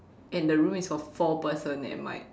and the room is for four person eh mate